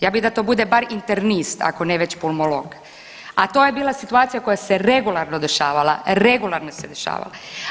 Ja bi da to bude bar internist, ako ne već pulmolog, a to je bila situacija koja se regularno dešavala, regularno se dešavala.